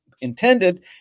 intended